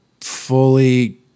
fully